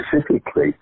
Specifically